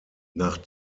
nach